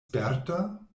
sperta